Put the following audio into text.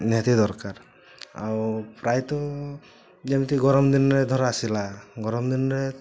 ନିହାତି ଦରକାର ଆଉ ପ୍ରାୟତଃ ଯେମିତି ଗରମ ଦିନରେ ଧର ଆସିଲା ଗରମ ଦିନରେ